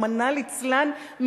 רחמנא ליצלן,